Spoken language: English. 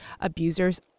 abusers